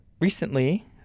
Recently